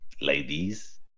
Ladies